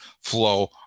flow